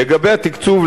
לגבי התקצוב,